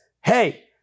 hey